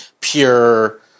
pure